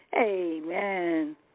Amen